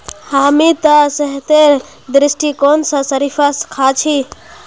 हामी त सेहतेर दृष्टिकोण स शरीफा खा छि